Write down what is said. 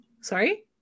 Sorry